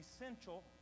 essential